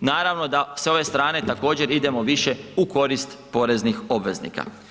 naravno da sa ove strane također idemo više u korist poreznih obveznika.